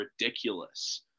ridiculous